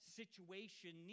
situation